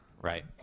Right